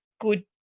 good